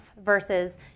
versus